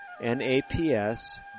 N-A-P-S